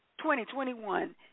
2021